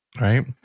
right